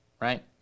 right